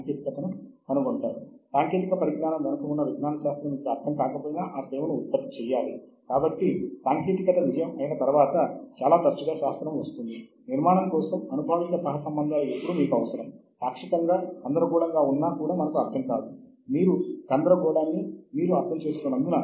వాటిని సూచించడానికి మనకు ఒక సూచిక ఒకటి తప్పకుండా ఉండాలి తద్వారా గ్రంథ పూర్తయినప్పుడల్లా గ్రంథ వివరణ పట్టికలో ఆ వివరాలు ఉంచగలము మనము వాటిని మన పత్రంలో నవీకరించగలుగుతాము